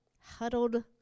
huddled